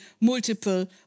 multiple